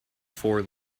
four